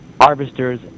harvesters